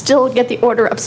still get the order of